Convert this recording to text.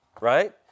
right